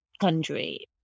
country